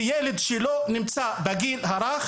כי ילד שלא נמצא בחינוך לגיל הרך,